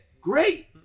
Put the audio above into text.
great